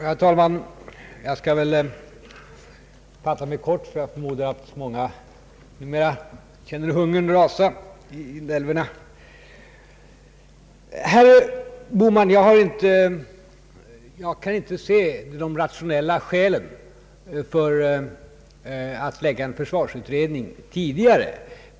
Herr talman! Jag skall fatta mig kort, ty jag förmodar att många numera känner hungern rasa i inälvorna. Till herr Bohman vill jag säga att jag inte kan se de rationella skälen för att tillsätta en försvarsutredning tidigare.